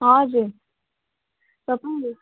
हजुर सबै